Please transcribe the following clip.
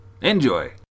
Enjoy